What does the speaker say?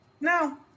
No